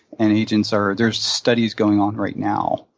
and agents are there's studies going on right now.